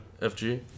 FG